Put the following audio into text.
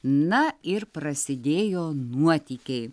na ir prasidėjo nuotykiai